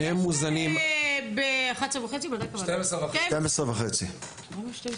שניהם מוזנים --- יש כאן ב 12:30 --- אני אסביר,